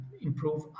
improve